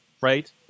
right